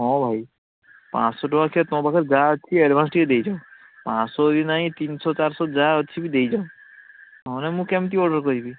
ହଁ ଭାଇ ପାଞ୍ଚଶହ ଟଙ୍କା ଖେ ତମ ପାଖରେ ଯାହା ଅଛି ଏଡ଼ଭାନ୍ସ ଟିକେ ଦେଇଯାଅ ପାଞ୍ଚଶହ ବି ନାହିଁ ତିନଶହ ଚାରଶହ ଯାହା ଅଛି ବି ଦେଇଯାଅ ନହେନେ ମୁଁ କେମତି ଅର୍ଡ଼ର କରିବି